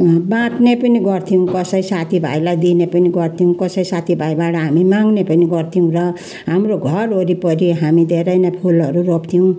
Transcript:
बाँड्ने पनि गर्थ्यौँ कसै साथीभाइलाई दिने पनि गर्थ्यौँ कसै साथी भाइबाट हामी माग्ने पनि गर्थ्यौँ र हाम्रो घर वरिपरि हामी धेरै नै फुलहरू रोप्थ्यौँ